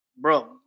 Bro